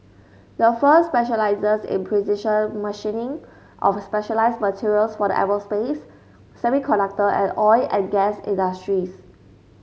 the firm specializes in precision machining of specialized materials for the aerospace semiconductor and oil and gas industries